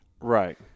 Right